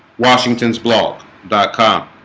washington's blog dot com